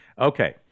Okay